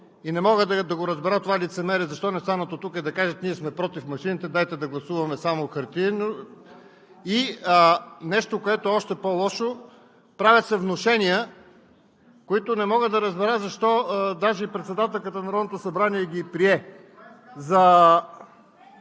Не мога да разбера това лицемерие?! Защо не станат от тук и да кажат: ние сме против машините, дайте да гласуваме само хартиено? И нещо, което е още по-лошо – правят се внушения, които не мога да разбера защо даже и председателката на Народното събрание ги прие?!